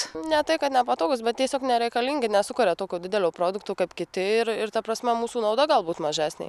ne tai kad nepatogūs bet tiesiog nereikalingi nesukuria tokio didelio produkto kad kiti ir ir ta prasme mūsų nauda galbūt mažesnė